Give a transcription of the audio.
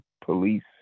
police